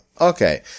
Okay